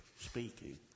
speaking